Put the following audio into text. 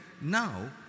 now